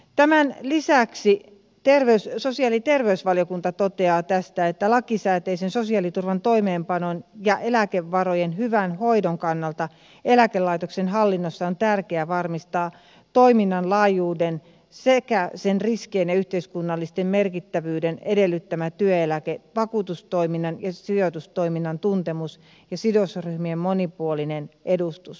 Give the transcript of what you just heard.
tämän lisäksi sosiaali ja terveysvaliokunta toteaa tästä että lakisääteisen sosiaaliturvan toimeenpanon ja eläkevarojen hyvän hoidon kannalta eläkelaitoksen hallinnossa on tärkeää varmistaa toiminnan laajuuden sekä riskien ja yhteiskunnallisen merkittävyyden edellyttämän työeläkevakuutustoiminnan ja sijoitustoiminnan tuntemus ja sidosryhmien monipuolinen edustus